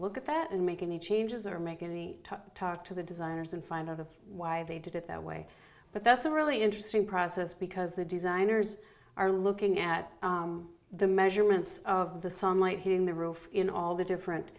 look at that and make any changes or making the tough talk to the designers and find out why they did it that way but that's a really interesting process because the designers are looking at the measurements of the sunlight hitting the roof in all the different